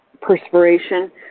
perspiration